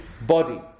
body